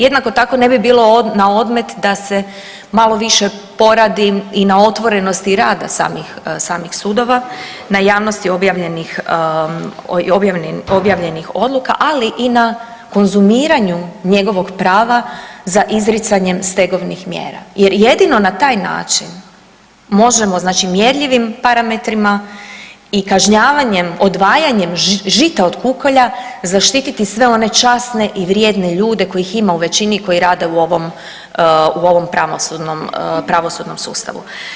Jednako tako ne bi bilo na odmet da se malo više poradi i na otvorenosti rada samih sudova, na javnosti objavljenih, objavljenih odluka, ali i na konzumiranju njegovog prava za izricanjem stegovnih mjera jer jedino na taj način možemo znači mjerljivim parametrima i kažnjavanjem, odvajanjem žita od kukolja zaštititi sve one časne i vrijedne ljude u većini koji rade u ovom pravosudnom sustavu.